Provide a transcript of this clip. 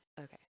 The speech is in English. okay